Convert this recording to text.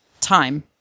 time